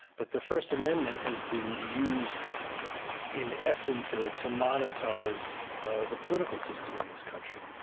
but the first amendment has been used in essence ah to monetize the political system in this country.